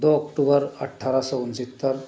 दो अक्टूबर अठारह सौ उनहत्तर